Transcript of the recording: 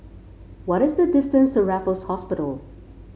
what is the distance to Raffles Hospital